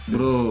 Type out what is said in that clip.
Bro